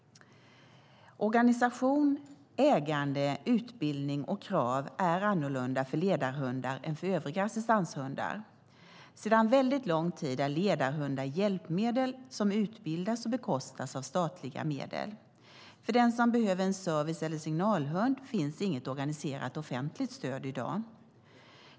Organisation, ägande, utbildning och krav är annorlunda för ledarhundar än för övriga assistanshundar. Sedan väldigt lång tid är ledarhundar hjälpmedel som utbildas och bekostas av statliga medel. För den som behöver en service eller signalhund finns inget organiserat offentligt stöd i dag.